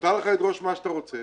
מותר לך לדרוש מה שאתה רוצה.